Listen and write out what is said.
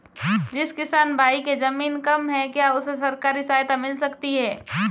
जिस किसान भाई के ज़मीन कम है क्या उसे सरकारी सहायता मिल सकती है?